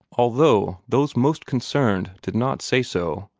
although those most concerned did not say so,